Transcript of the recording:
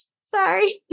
Sorry